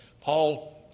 Paul